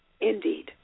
Indeed